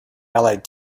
allied